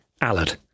allard